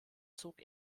zog